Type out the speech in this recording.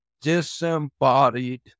disembodied